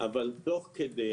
אבל תוך כדי